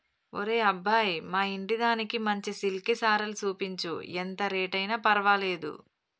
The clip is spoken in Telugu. ఒరే అబ్బాయి మా ఇంటిదానికి మంచి సిల్కె సీరలు సూపించు, ఎంత రేట్ అయిన పర్వాలేదు